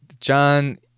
John